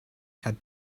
had